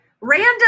random